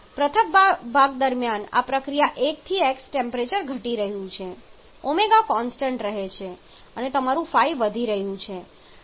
પ્રથમ ભાગ દરમિયાન આ પ્રક્રિયા 1 થી x ટેમ્પરેચર ઘટી રહ્યું છે ω કોન્સ્ટન્ટ રહે છે અને તમારું ϕ વધી રહ્યું છે